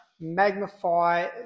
magnify